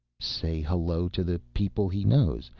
say hello to the people he knows?